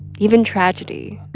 even tragedy